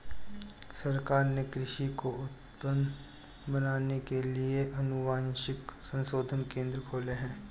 सरकार ने कृषि को उन्नत बनाने के लिए कई अनुवांशिक संशोधन केंद्र खोले हैं